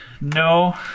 No